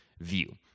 view